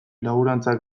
laborantza